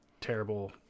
terrible